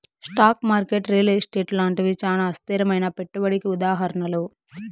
stock market real estate లాంటివి చానా అస్థిరమైనా పెట్టుబడికి ఉదాహరణలు